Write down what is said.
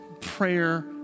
prayer